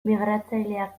migratzaileak